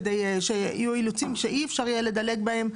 כדי שיהיו אילוצים שאי אפשר יהיה לדלג עליהם.